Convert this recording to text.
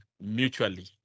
mutually